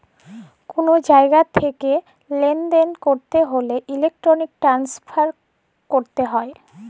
call জায়গা ঠেকিয়ে লালদেল ক্যরতে হ্যলে ইলেক্ট্রনিক ট্রান্সফার ক্যরাক হ্যয়